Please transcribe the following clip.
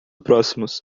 próximos